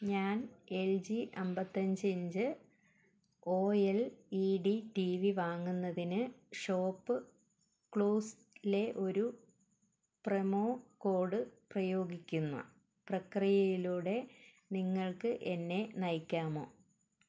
ഞാൻ L G അമ്പത്തഞ്ച് inch O L E D T V വാങ്ങുന്നതിന് ഷോപ്പ്ക്ലൂസ്ലെ ഒരു പ്രമോ കോഡ് പ്രയോഗിക്കുന്ന പ്രക്രിയയിലൂടെ നിങ്ങൾക്ക് എന്നെ നയിക്കാമോ